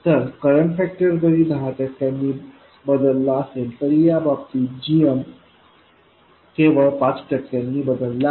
तर current factor जरी दहा टक्क्यांनी बदलला असले तरी या बाबतीत gm केवळ पाच टक्क्यांनी बदलला आहे